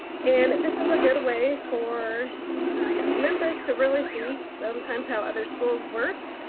and this is a good way for members to really see sometimes have other schools work.